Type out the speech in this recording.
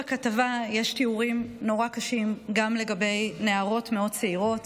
בכתבה יש תיאורים נורא קשים גם לגבי נערות מאוד צעירות.